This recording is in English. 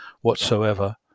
whatsoever